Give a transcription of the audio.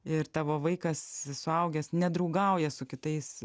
ir tavo vaikas suaugęs nedraugauja su kitais